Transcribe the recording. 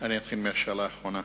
אני אתחיל מהשאלה האחרונה,